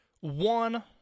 one—